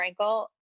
Frankel